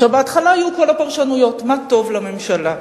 בהתחלה היו כל הפרשנויות, מה טוב לממשלה.